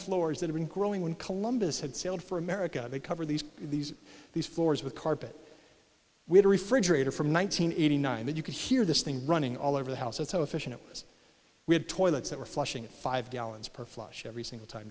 floors that have been growing when columbus had sailed for america they cover these these these floors with carpet we had a refrigerator from one nine hundred eighty nine that you could hear this thing running all over the house that's how efficient it was we had toilets that were flushing five gallons per flush every single time